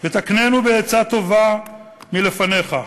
ותקננו בעצה טובה מלפניך.